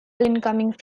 incoming